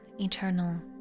eternal